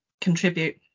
contribute